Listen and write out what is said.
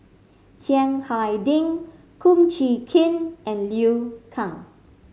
Chiang Hai Ding Kum Chee Kin and Liu Kang